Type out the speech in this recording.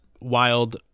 wild